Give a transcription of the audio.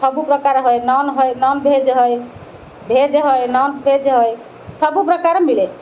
ସବୁ ପ୍ରକାର ହୁଏ ନନ୍ ହୁଏ ନନ୍ ଭେଜ ହୁଏ ଭେଜ ହୁଏ ନନ୍ ଭେଜ ହୁଏ ସବୁପ୍ରକାର ମିଳେ